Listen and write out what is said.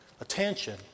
attention